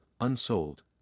unsold